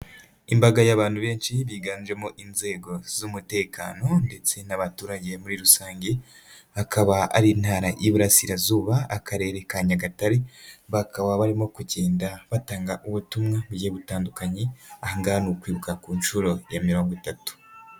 Imbaga y'abantu benshi biganjemo inzego z'umutekano ndetse n'abaturage muri rusange, akaba ari Intara y'Iburasirazuba, Akarere ka Nyagatare, bakaba barimo kugenda batanga ubutumwa bugiye butandukanye aha ngaha ni ukwibuka ku nshuro ya mirongo itatu.